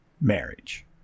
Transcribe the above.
marriage